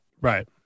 Right